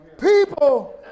People